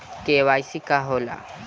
KYC का होखेला?